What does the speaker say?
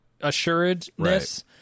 assuredness